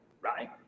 right